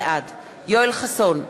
בעד יואל חסון,